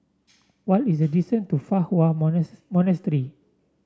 what is the distance to Fa Hua Monastery